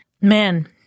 man